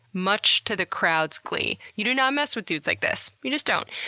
much to the crowd's glee. you do not mess with dudes like this. you just don't.